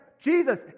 Jesus